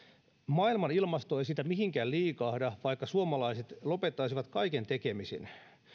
maailman ilmasto ei siitä mihinkään liikahda vaikka suomalaiset lopettaisivat kaiken tekemisen